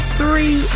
three